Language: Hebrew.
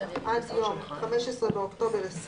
בסופו של דבר, גם להוציא את זה בהליך המינהלי.